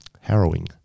Harrowing